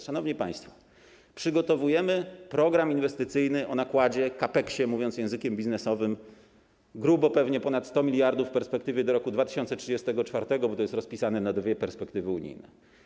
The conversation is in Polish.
Szanowni państwo, przygotowujemy program inwestycyjny o nakładzie, CAPEX-ie, mówiąc językiem biznesowym, pewnie grubo ponad 100 mld w perspektywie do roku 2034, bo to jest rozpisane na dwie perspektywy unijne.